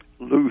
loose